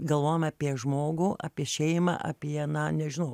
galvojama apie žmogų apie šeimą apie na nežinau